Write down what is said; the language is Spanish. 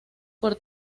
por